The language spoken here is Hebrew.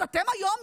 אז אתם היום,